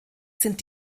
sind